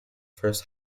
first